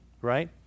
right